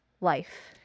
life